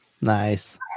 nice